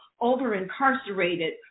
over-incarcerated